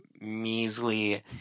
measly